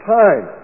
time